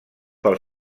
pel